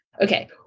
Okay